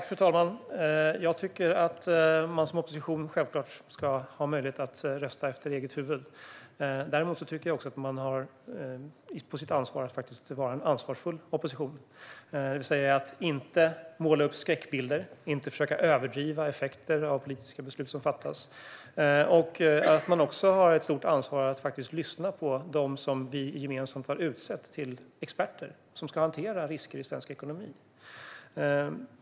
Fru talman! Jag tycker att man som opposition självklart ska ha möjlighet att rösta efter eget huvud. Däremot har man på sitt ansvar att vara en ansvarsfull opposition. Man bör inte måla upp skräckbilder och inte försöka överdriva effekter av politiska beslut som fattas. Och man har också ett stort ansvar att faktiskt lyssna på dem som vi gemensamt har utsett till experter som ska hantera risker i svensk ekonomi.